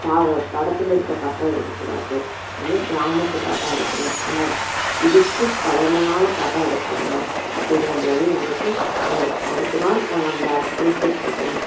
பா படத்தில் இருக்க பாட்டாக எடுக்கக்கூடாது வந்து கிராமத்து பாட்டாக எடுக்கணும் அந்த இதுக்கு பழமையான பாட்டாக எடுக்கணும் அப்படிங்கம்போது எங்களுக்கு அது அடுத்த நாள் நாங்கள் அந்த வேறு ஸ்கூல் போய் பர்ஃபாமென்ஸ்